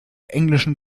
englischen